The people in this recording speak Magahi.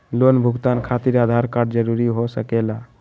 लोन भुगतान खातिर आधार कार्ड जरूरी हो सके ला?